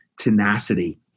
tenacity